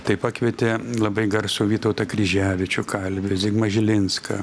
tai pakvietė labai garsų vytautą kryževičių kalvį zigmą žilinską